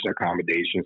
accommodations